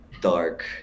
dark